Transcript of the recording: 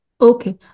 Okay